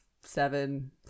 seven